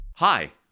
Hi